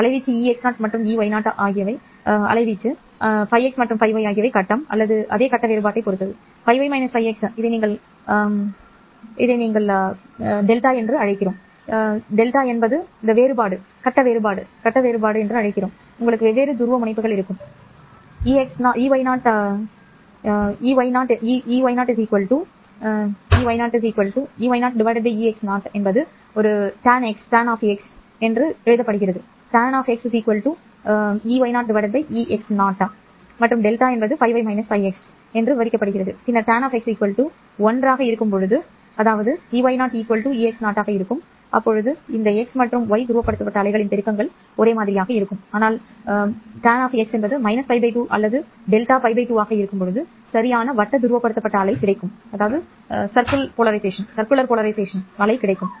அலைவீச்சு Eox மற்றும் Eoy மற்றும் கட்டம் φx மற்றும் φy அல்லது அதே கட்ட வேறுபாட்டைப் பொறுத்து φy φx இதை நீங்கள் call என அழைக்கிறீர்கள் உங்களுக்கு வெவ்வேறு துருவமுனைப்புகள் இருக்கும் ஈயோ ஈயாக்ஸின் விகிதம் டானால் வழங்கப்படுகிறது எனவே tan χ Eoy Eox மற்றும் δ φy φx ஆகியவற்றால் விவரிக்கப்படுகிறது பின்னர் டான் χ 1 அதாவது Eoy Eox எனக் கூறினால் x மற்றும் y துருவப்படுத்தப்பட்ட அலைகளின் பெருக்கங்கள் ஒரே மாதிரியாக இருக்கும் ஆனால் л 2 அல்லது δ л 2 உங்களுக்கு சரியான வட்ட துருவப்படுத்தப்பட்ட அலை கிடைக்கும்